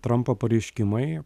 trampo pareiškimai